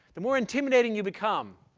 the more intimidating you become,